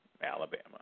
Alabama